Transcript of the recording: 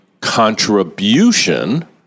contribution